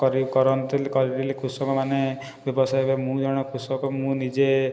କରି କରନ୍ତେ କରିଦେଲେ କୃଷକ ମାନେ ବ୍ୟବସାୟ ମୁଁ ଜଣେ କୃଷକ ମୁଁ ନିଜେ